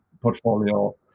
portfolio